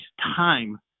time